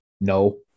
no